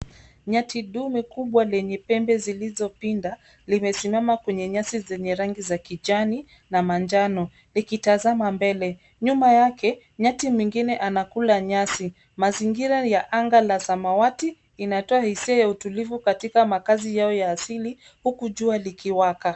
Nyati dume kubwa lenye pembe zilizopinda limesimama kwenye nyasi zenye rangi ya kijani na manjano likitazama mbele. Nyuma yake, nyati mwingine ana kula nyasi. Mazingira ya anga la samawati inatoa isia ya utulivu katika makazi yao ya asili huku jua likiwaka.